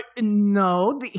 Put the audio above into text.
no